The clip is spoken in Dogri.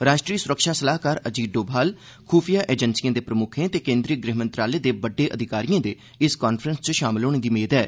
राष्ट्री सुरक्षा सलाहकार अजीत डोभाल खुफिया एजेंसिएं दे प्रमुक्खें ते केन्द्री गृह मंत्रालय दे बड्डे अधिकारियें दे इस कांफ्रेस च शामल होने दी मेद ऐ